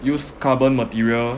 use carbon material